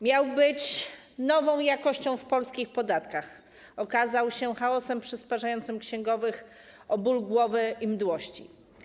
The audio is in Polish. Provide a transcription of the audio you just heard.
Miał być nową jakością w polskich podatkach, a okazał się chaosem przysparzającym księgowym bólu głowy i mdłości.